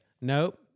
nope